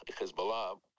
hezbollah